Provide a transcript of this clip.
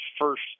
first